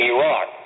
Iraq